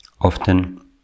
often